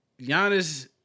Giannis